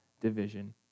division